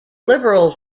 liberals